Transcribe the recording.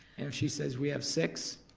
and if she says we have six,